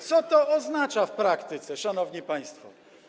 Co to oznacza w praktyce, szanowni państwo?